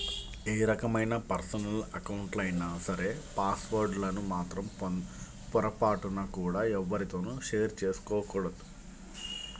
ఏ రకమైన పర్సనల్ అకౌంట్లైనా సరే పాస్ వర్డ్ లను మాత్రం పొరపాటున కూడా ఎవ్వరితోనూ షేర్ చేసుకోకూడదు